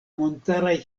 montaraj